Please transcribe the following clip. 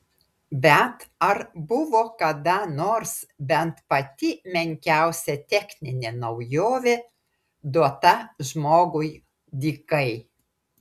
bet ar buvo kada nors bent pati menkiausia techninė naujovė duota žmogui dykai